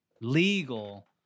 legal